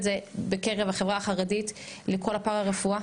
זה בקרב החברה החרדית לכל הפרא-רפואה,